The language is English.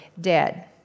dead